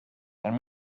and